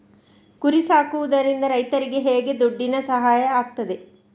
ಕುರಿ ಸಾಕುವುದರಿಂದ ರೈತರಿಗೆ ಹೇಗೆ ದುಡ್ಡಿನ ಸಹಾಯ ಆಗ್ತದೆ?